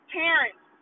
parents